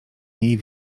jej